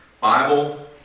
Bible